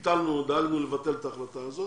ביטלנו, או דאגנו לבטל את ההחלטה הזאת,